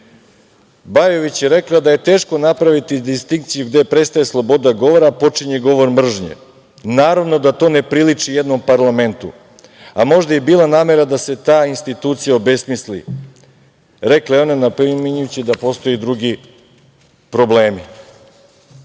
Bajović je rekla da je teško napraviti distinkciju gde prestaje sloboda govora, a počinje govor mržnje, naravno da to ne priliči jednom parlamentu, a možda je i bila namera da se ta institucija obesmisli, rekla je ona, napominjući da postoje drugi problemi. Sada